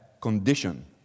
condition